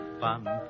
fun